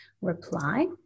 reply